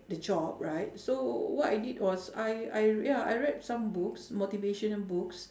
the job right so what I did was I I r~ ya I read some books motivational books